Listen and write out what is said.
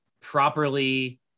properly